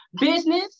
business